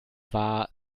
war